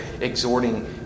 exhorting